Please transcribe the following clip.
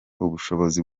ubushobozi